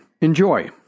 Enjoy